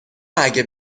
اگه